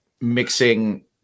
mixing